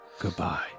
goodbye